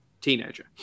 teenager